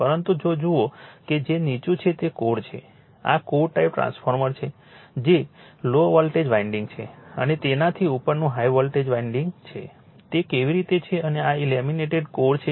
પરંતુ જો જુઓ કે જે નીચું છે તે કોર છે આ કોર ટાઈપ ટ્રાન્સફોર્મર છે જે લો વોલ્ટેજ વાન્ડિંગ છે અને તેનાથી ઉપરનું હાઇ વોલ્ટેજ વાન્ડિંગ છે તે કેવી રીતે છે અને આ લેમિનેટેડ કોર છે